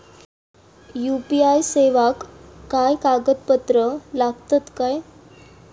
UPI सेवाक काय कागदपत्र लागतत काय?